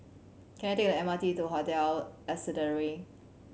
can I take the M R T to Hotel Ascendere